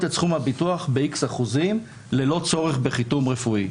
את סכום הביטוח ב-X אחוזים ללא צורך בחיתום רפואי.